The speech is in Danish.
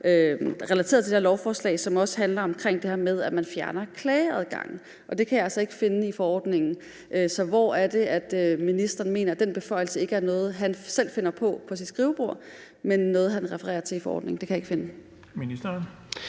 relateret til det her lovforslag, som også handler om det med, at man fjerner klageadgangen, og det kan jeg altså ikke finde i forordningen. Så hvor er det, ministeren finder belæg for, at han mener, at den beføjelse ikke er noget, som han selv finder på ved sit skrivebord, men noget, han refererer til i forordningen. Det kan jeg ikke finde. Kl.